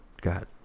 god